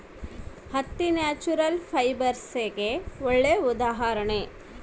ಹತ್ತಿ ನ್ಯಾಚುರಲ್ ಫೈಬರ್ಸ್ಗೆಗೆ ಒಳ್ಳೆ ಉದಾಹರಣೆ